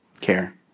care